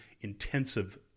intensive